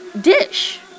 dish